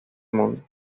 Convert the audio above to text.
mundo